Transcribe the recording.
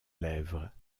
lèvres